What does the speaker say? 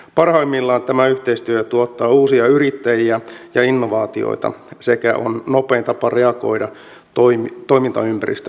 parhaimmillaan tämä yhteistyö tuottaa uusia yrittäjiä ja innovaatioita sekä on nopein tapa reagoida toimintaympäristön muutoksiin